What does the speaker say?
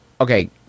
Okay